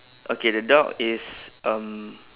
okay the dog is um